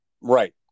right